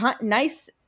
nice